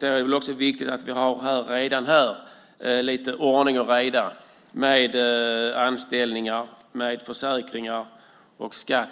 Det är viktigt att vi redan här har ordning och reda med anställningar, försäkringar, skatt